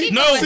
no